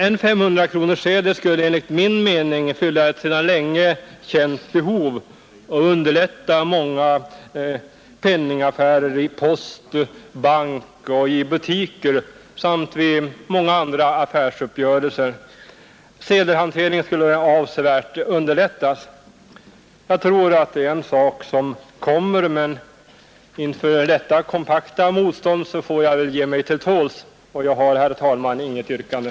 En 500-kronorssedel skulle enligt min mening fylla ett sedan länge känt behov och underlätta många penningaffärer i post, bank och butiker samt vid många andra affärsuppgörelser. 5 Sedelhanteringen skulle avsevärt underlättas. Jag tror att det är en sak som kommer, men inför detta kompakta motstånd får jag väl ge mig till tåls. Jag har, herr talman, inget yrkande.